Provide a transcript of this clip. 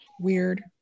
weird